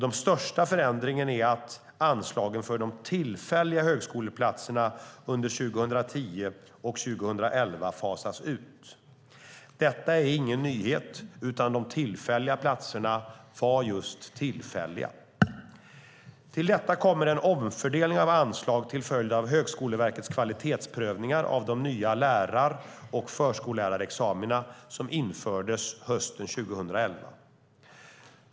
Den största förändringen är att anslagen för de tillfälliga högskoleplatserna under 2010 och 2011 fasas ut. Detta är ingen nyhet, utan de tillfälliga platserna var just tillfälliga. Till detta kommer en omfördelning av anslag till följd av Högskoleverkets kvalitetsprövningar av de nya lärar och förskollärarexamina som infördes hösten 2011.